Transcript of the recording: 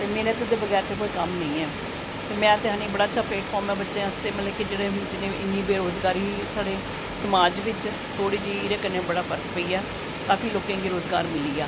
ते मैह्नत ते बगैर कोई कम्म निं ऐ ते में ते आक्खनी बड़ा अच्छा प्लेटफार्म ऐ बच्चें आस्तै जेह्ड़ी इन्नी बेरोज़गारी ही समाज बिच थोह्ड़ी जेही एह्दे कन्नै बड़ा फर्क पेई गेआ काफी लोकें गी रोज़गार मिली गेआ